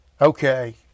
okay